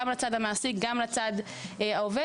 גם למעסיק וגם להם,